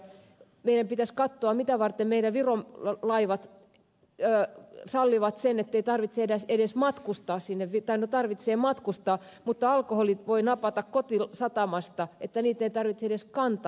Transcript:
meidän pitäisi katsoa mitä varten meidän viron laivamme sallivat sen ettei tarvitse edes edes matkustaa että tosin tarvitsee matkustaa mutta alkoholin voi napata kotisatamasta niitä ei tarvitse edes kantaa